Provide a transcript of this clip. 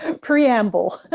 preamble